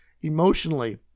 emotionally